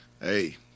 hey